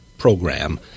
program